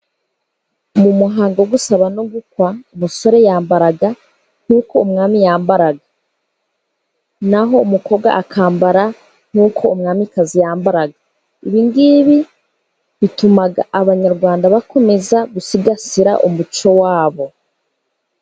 Mu muhango ugusaba no gukwa, umusore yambara nk'uko umwami yambaraga, naho umukobwa akambara nk'uko umwamikazi yambaraga, ibingibi bituma abanyarwanda bakomeza gusigasira umuco wabo.